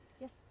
Yes